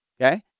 Okay